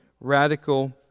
radical